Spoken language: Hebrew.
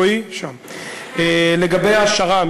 לגבי השר"ם,